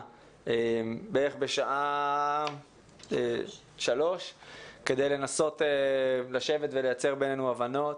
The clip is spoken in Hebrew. בערך בשעה שלוש כדי לנסות לשבת ולייצר בינינו הבנות.